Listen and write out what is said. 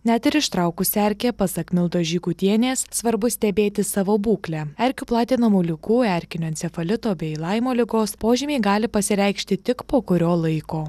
net ir ištraukus erkę pasak mildos žygutienės svarbu stebėti savo būklę erkių platinamų ligų erkinio encefalito bei laimo ligos požymiai gali pasireikšti tik po kurio laiko